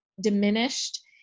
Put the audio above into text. diminished